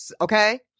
Okay